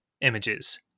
images